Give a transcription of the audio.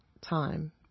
time